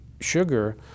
sugar